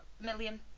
million